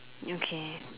okay